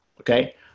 okay